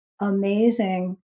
amazing